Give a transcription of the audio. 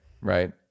right